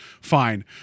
Fine